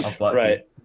Right